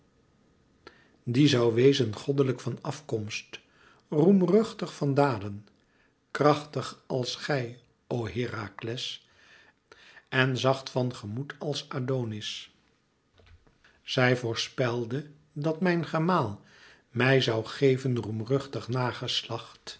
die zoû wezen goddelijk van afkomst roemruchtig van daden krachtig als gij o herakles en zacht van gemoed als adonis zij voorspelde dat mijn gemaal mij zoû geven